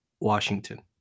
Washington